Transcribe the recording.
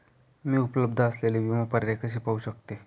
मी उपलब्ध असलेले विमा पर्याय कसे पाहू शकते?